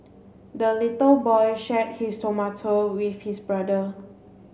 the little boy shared his tomato with his brother